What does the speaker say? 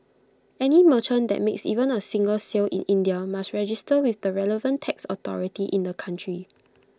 any merchant that makes even A single sale in India must register with the relevant tax authority in the country